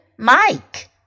Mike